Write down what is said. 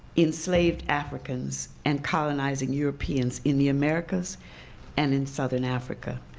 enslaved africans, and colonizing europeans in the americas and in southern africa.